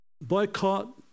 Boycott